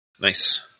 Nice